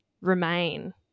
remain